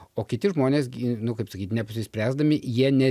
o kiti žmonės gi nu kaip sakyt neapsispręsdami jie ne